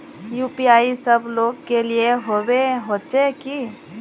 UPI सब लोग के लिए होबे होचे की?